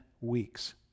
weeks